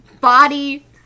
body